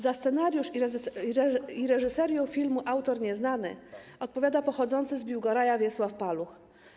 Za scenariusz i reżyserię filmu „Autor nieznany” odpowiada pochodzący z Biłgoraja Wiesław Paluch.